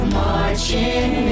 marching